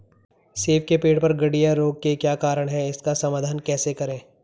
सेब के पेड़ पर गढ़िया रोग के क्या कारण हैं इसका समाधान कैसे करें?